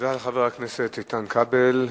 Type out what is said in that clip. תודה לחבר הכנסת איתן כבל.